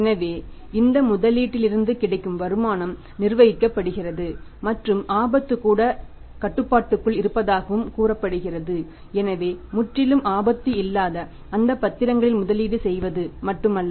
எனவே இந்த முதலீட்டிலிருந்து கிடைக்கும் வருமானம் நிர்வகிக்கப்படுகிறது என்றும் ஆபத்து கூட கட்டுப்பாட்டுக்குள் இருப்பதாகவும் கூறப்படுகிறது எனவே முற்றிலும் ஆபத்து இல்லாத அந்த பத்திரங்களில் முதலீடு செய்வது மட்டுமல்ல